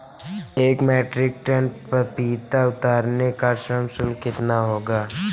एक metric tonne पपीता उतारने का श्रम शुल्क कितना होगा?